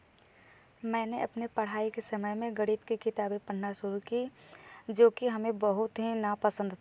मैंने अपने पढ़ाई के समय में गणित की किताबें पढ़ना शुरू की जो कि हमें बहुत ही नापसंद था